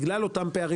בגלל אותם פערים